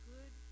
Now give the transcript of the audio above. Good